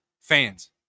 fans